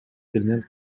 тилинен